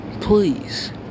please